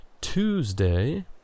Tuesday